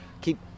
keep